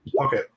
Okay